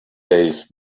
days